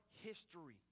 history